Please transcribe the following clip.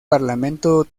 parlamento